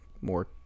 more